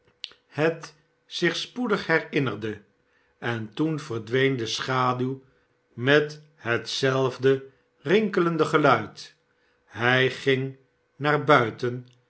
het zich spoedig nermnerde en toen verdween de schaduw met hetzelfde rinkelende geluid hij ging naar buiten